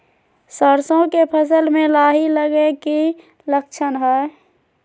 सरसों के फसल में लाही लगे कि लक्षण हय?